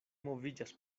moviĝas